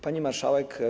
Pani Marszałek!